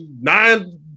nine